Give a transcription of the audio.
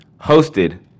hosted